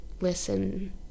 listen